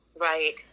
right